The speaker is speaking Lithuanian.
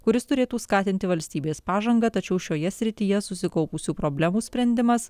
kuris turėtų skatinti valstybės pažangą tačiau šioje srityje susikaupusių problemų sprendimas